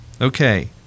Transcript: Okay